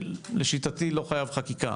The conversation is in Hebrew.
לשיטתי לא חייב חקיקה,